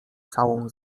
całą